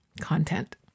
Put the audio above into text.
content